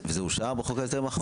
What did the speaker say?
זה אושר בחוק ההסדרים האחרון?